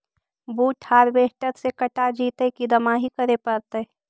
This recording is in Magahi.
बुट हारबेसटर से कटा जितै कि दमाहि करे पडतै?